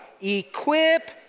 Equip